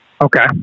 Okay